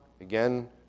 Again